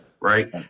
Right